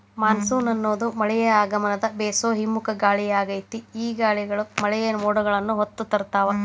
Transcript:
monsoon ಅನ್ನೋದು ಮಳೆಯ ಆಗಮನದ ಬೇಸೋ ಹಿಮ್ಮುಖ ಗಾಳಿಯಾಗೇತಿ, ಈ ಗಾಳಿಗಳು ಮಳೆಯ ಮೋಡಗಳನ್ನ ಹೊತ್ತು ತರ್ತಾವ